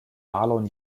marlon